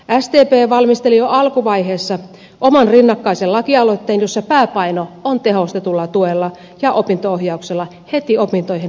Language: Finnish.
sdp valmisteli jo alkuvaiheessa oman rinnakkaisen lakialoitteen jossa pääpaino on tehostetulla tuella ja opinto ohjauksella heti opintoihin haettaessa